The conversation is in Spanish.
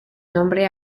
nombre